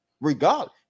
Regardless